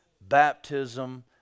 baptism